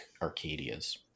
Arcadias